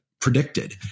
predicted